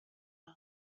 بگو